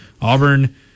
Auburn